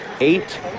eight